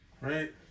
right